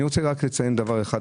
אני רוצה לציין דבר אחד,